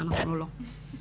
ובצער.